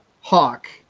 Hawk